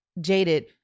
jaded